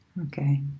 Okay